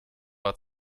war